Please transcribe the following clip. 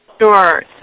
Sure